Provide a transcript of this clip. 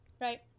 Right